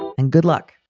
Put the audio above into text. and good luck.